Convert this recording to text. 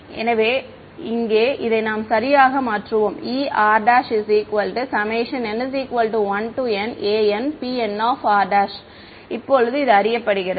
மாணவர் ஆகையால் எனவே இங்கே இதை நாம் சரியாக மாற்றுவோம் E r n1Nanpnrஇப்போது இது அறியப்படுகிறது